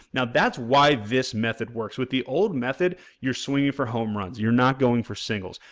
now, that's why this method works, with the old method you're swinging for home runs, you're not going for singles.